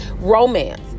Romance